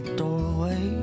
doorway